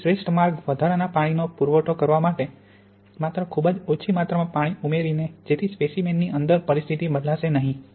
તેથી શ્રેષ્ઠ માર્ગ વધારાના પાણીનો પુરવઠો કરવા માટે માત્ર ખૂબ જ ઓછી માત્રામાં પાણી ઉમેરીને જેથી સ્પેસીમેનની અંદર પરિસ્થિતિ બદલાશે નહીં